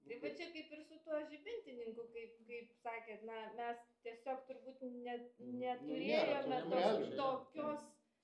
tai va čia kaip ir su tuo žibintininku kaip kaip sakėt na mes tiesiog turbūt ne neturėjome to tokios